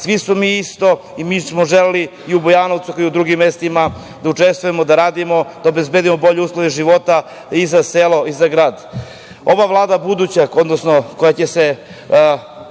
Svi smo mi isto i mi smo želeli i u Bujanovcu, kao i u drugim mestima, da učestvujemo, da radimo, da obezbedimo bolje uslove života i za selo i za grad. Ova buduća vlada koja će se